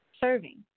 serving